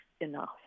enough